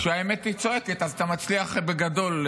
כשהאמת צועקת אז אתה מצליח בגדול.